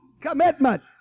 commitment